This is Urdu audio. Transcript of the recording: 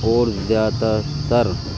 اور زیادہ تر